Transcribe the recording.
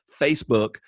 Facebook